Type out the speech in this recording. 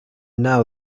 now